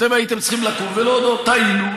אתם הייתם צריכים לקום ולהודות: טעינו,